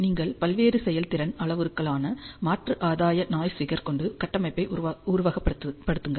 நீங்கள் பல்வேறு செயல்திறன் அளவுருக்களுக்கான மாற்று ஆதாய நாய்ஸ் ஃபிகர் கொண்டு கட்டமைப்பை உருவகப்படுத்துங்கள்